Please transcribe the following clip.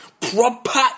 proper